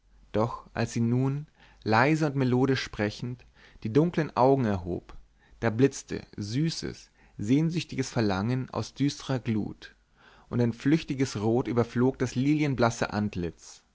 doch als sie nun leise und melodisch sprechend die dunklen augen erhob da blitzte süßes sehnsüchtiges verlangen aus düsterer glut und ein flüchtiges rot überflog das lilienblasse antlitz